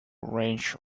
wrench